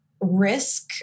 risk